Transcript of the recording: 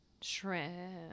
shrimp